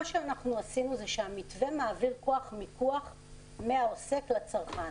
אנחנו עשינו כך שהמתווה מעביר כוח מיקוח מהעוסק לצרכן,